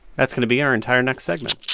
that's going to be our entire next segment.